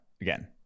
again